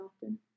often